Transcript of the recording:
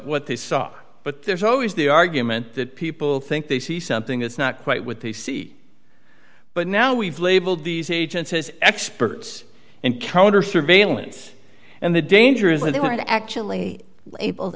what they saw but there's always the argument that people think they see something that's not quite what they see but now we've labeled these agents as experts and counter surveillance and the danger is that they were actually ab